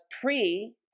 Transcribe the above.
pre-